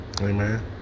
Amen